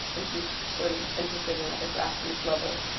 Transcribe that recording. and she's sort of interested in like a grassroots level.